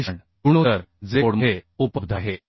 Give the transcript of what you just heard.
विश्लेषण गुणोत्तर जे कोडमध्ये उपलब्ध आहे